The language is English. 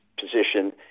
position